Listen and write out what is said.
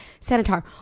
sanitar